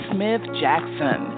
Smith-Jackson